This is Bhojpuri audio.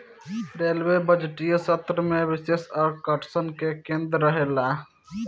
रेलवे बजटीय सत्र में विशेष आकर्षण के केंद्र रहेला